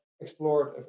explored